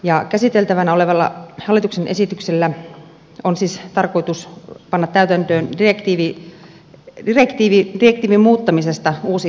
käsiteltävänä olevalla hallituksen esityksellä on siis tarkoitus panna täytäntöön direktiivin muuttamisesta uusi direktiivi